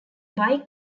bike